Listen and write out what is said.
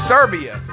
Serbia